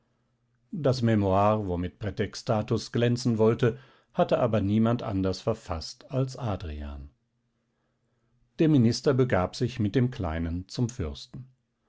das memoire womit prätextatus glänzen wollte hatte aber niemand anders verfaßt als adrian der minister begab sich mit dem kleinen zum fürsten